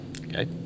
Okay